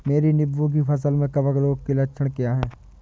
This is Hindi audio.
मेरी नींबू की फसल में कवक रोग के लक्षण क्या है?